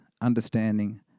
understanding